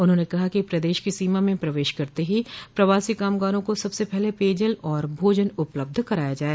उन्होंने कहा है कि प्रदेश की सीमा में प्रवेश करते ही प्रवासी कामगारों को सबसे पहले पेयजल एवं भोजन उपलब्ध कराया जाए